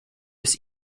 jest